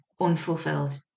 unfulfilled